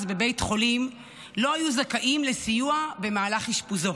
בבית חולים לא היו זכאים לסיוע במהלך אשפוזו.